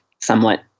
somewhat